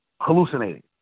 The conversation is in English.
hallucinating